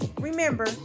Remember